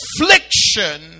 affliction